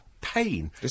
pain